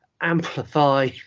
amplify